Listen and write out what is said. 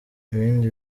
ibindi